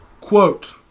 Quote